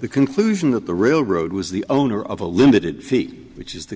the conclusion that the railroad was the owner of a limited feat which is the